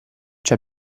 c’è